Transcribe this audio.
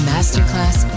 Masterclass